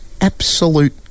absolute